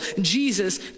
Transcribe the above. Jesus